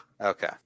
Okay